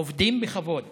עבדו בכבוד